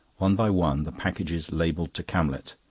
one by one, the packages labelled to camlet.